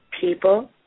People